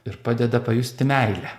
ir padeda pajusti meilę